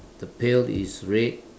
the pail is red